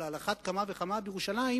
אבל על אחת כמה וכמה בירושלים,